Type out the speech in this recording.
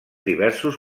diversos